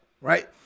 right